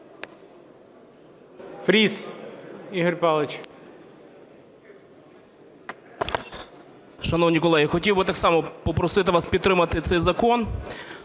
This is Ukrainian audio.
ФРІС І.П. Шановні колеги, хотів би так само попросити вас підтримати цей закон.